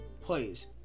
please